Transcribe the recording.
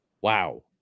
wow